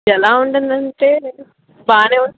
ఎలా ఉంటుందంటే బాగానే